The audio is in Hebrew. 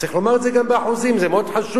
צריך לומר את זה גם באחוזים, זה מאוד חשוב.